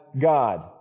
God